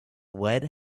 lead